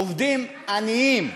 עובדים עניים.